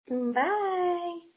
Bye